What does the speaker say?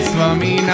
Swami